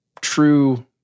true